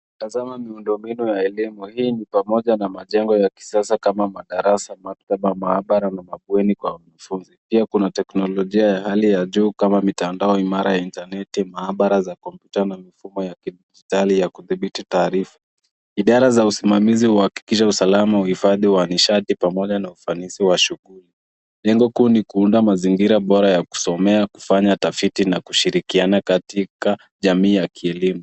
Tazama miundombinu ya kielimu. Hii ni pamoja na majengo ya kisasa kama madarasa, maktaba, maabara na mabweni kwa wanafunzi. Pia kuna teknolojia ya hali ya juu kama mitandao imara, intaneti, maabara za kompyuta na mifumo ya kidijitali ya kudhibiti taarifa. Idara za usimamizi huakikisha usalama wa hifadhi ya nishati pamoja na ufanisi wa shughuli. Lengo kuu ni kuunda mazingira bora ya kusomea kufanya tafiti na kushirikiana katika jamii ya kielimu.